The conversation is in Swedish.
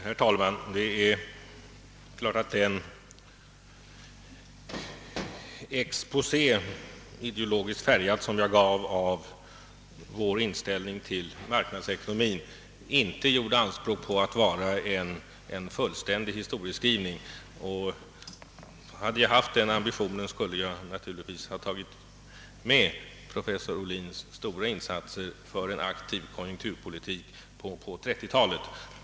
Herr talman! Det är klart att den exposé — ideologiskt färgad — som jag gav av vår inställning till marknadsekonomin inte gjorde anspråk på att vara en fullständig historieskrivning. Hade jag haft ambitionen att åstadkomma en sådan skulle jag naturligtvis ha tagit med professor Ohlins stora insatser för en aktiv konjunkturpolitik på 1930 talet.